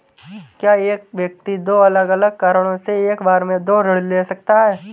क्या एक व्यक्ति दो अलग अलग कारणों से एक बार में दो ऋण ले सकता है?